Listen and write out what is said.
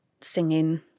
singing